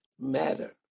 matter